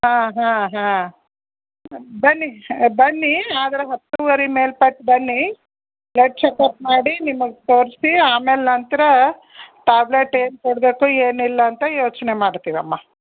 ಹಾಂ ಹಾಂ ಹಾಂ ಬನ್ನಿ ಶ ಬನ್ನಿ ಆದರೆ ಹತ್ತೂವರೆ ಮೇಲ್ಪಟ್ಟು ಬನ್ನಿ ಬ್ಲಡ್ ಚಕಪ್ ಮಾಡಿ ನಿಮಗೆ ತೋರಿಸಿ ಆಮೇಲೆ ನಂತರ ಟ್ಯಾಬ್ಲೆಟ್ ಏನು ಕೊಡಬೇಕು ಏನಿಲ್ಲ ಅಂತ ಯೋಚನೆ ಮಾಡ್ತೀವಮ್ಮ